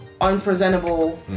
unpresentable